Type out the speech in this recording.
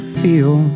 feel